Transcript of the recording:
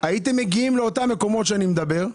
הייתם מגיעים לאותם מקומות שאני מדבר,